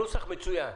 הנוסח מצוין.